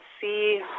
see